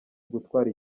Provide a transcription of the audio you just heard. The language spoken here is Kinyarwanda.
ugutwara